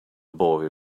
boy